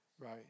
Right